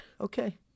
Okay